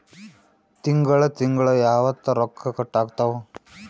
ತಿಂಗಳ ತಿಂಗ್ಳ ಯಾವತ್ತ ರೊಕ್ಕ ಕಟ್ ಆಗ್ತಾವ?